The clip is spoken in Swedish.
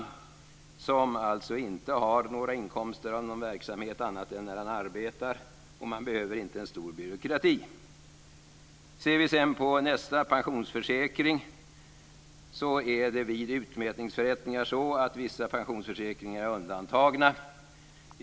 Denne har alltså inte några inkomster av verksamhet annat än när han arbetar, och man behöver inte en stor byråkrati. Vid utmätningsförrättningar är vissa pensionsförsäkringar undantagna.